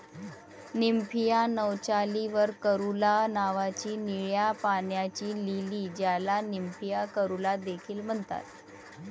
Nymphaea nouchali var caerulea नावाची निळ्या पाण्याची लिली, ज्याला निम्फिया कॅरुला देखील म्हणतात